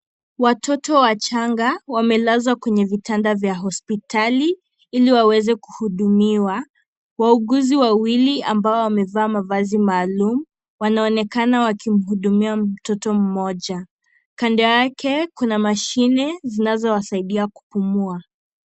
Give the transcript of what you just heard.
Watoto wachanga wamelazwa kwenye vitanda vya hospitali ili waweze kuhudumiwa, wahuguzi wawili ambao wamevaa mavazi maalum, wanaonekana wakimhudumia mtoto mmoja. Kando yake kuna mashine zinazowasaidia kupumua.